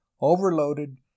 overloaded